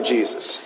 Jesus